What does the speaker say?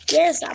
Yes